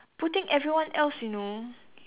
putting everyone else you know